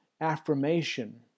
affirmation